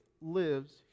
lives